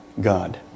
God